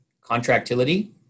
contractility